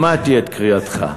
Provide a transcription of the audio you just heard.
שמעתי את קריאתך.